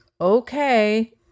okay